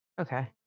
okay